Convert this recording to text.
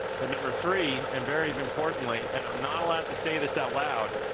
but number three, and very importantly, and i'm not allowed to say this out loud,